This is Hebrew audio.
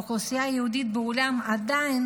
האוכלוסייה היהודית בעולם עדיין